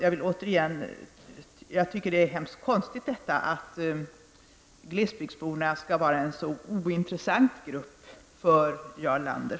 Jag tycker att det är mycket konstigt att glesbygdsborna skall vara en så ointressant grupp för Jarl Lander.